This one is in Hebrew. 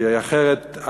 כי אחרת,